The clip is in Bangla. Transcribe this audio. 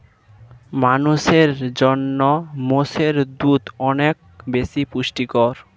মানুষের জন্য মোষের দুধ অনেক বেশি পুষ্টিকর